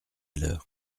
l’heure